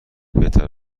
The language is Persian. بهتر